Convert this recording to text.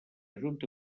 junta